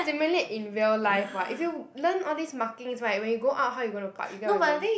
simulate in real life what if you learn all these markings [right] when you go out how are you gonna park you get what I mean